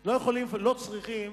לא צריכות